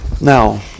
Now